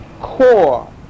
core